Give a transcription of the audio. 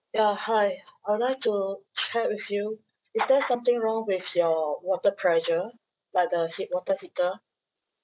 ya hi I would like to check with you is there something wrong with your water pressure like the heat~ water heater